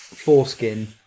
Foreskin